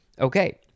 Okay